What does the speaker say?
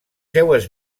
seues